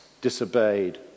disobeyed